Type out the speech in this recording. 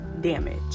damage